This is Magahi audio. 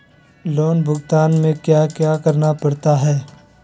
लोन भुगतान में क्या क्या करना पड़ता है